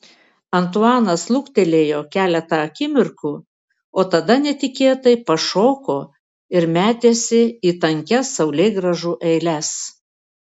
antuanas luktelėjo keletą akimirkų o tada netikėtai pašoko ir metėsi į tankias saulėgrąžų eiles